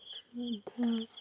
ମଧ୍ୟ